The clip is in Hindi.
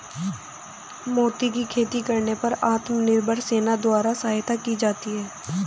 मोती की खेती करने पर आत्मनिर्भर सेना द्वारा सहायता की जाती है